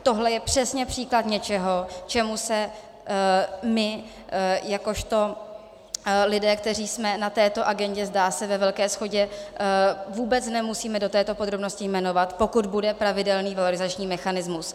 Tohle je přesně příklad něčeho, čemu se my jakožto lidé, kteří jsme na této agendě, zdá se, ve velké shodě, vůbec nemusíme do této podrobnosti jmenovat, pokud bude pravidelný valorizační mechanismus.